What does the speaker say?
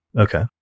Okay